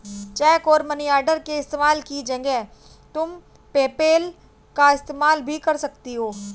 check और money order के इस्तेमाल की जगह तुम पेपैल का इस्तेमाल भी कर सकती हो